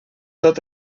tot